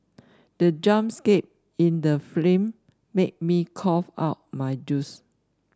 the jump scare in the film made me cough out my juice